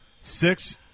Six